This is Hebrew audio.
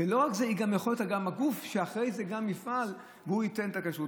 והיא גם יכולה להיות הגוף שאחרי זה יפעל וייתן את הכשרות.